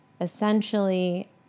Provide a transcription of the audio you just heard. Essentially